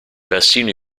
persino